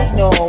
no